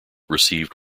received